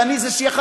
ואני זה שיחד,